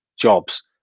jobs